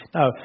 Now